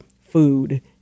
food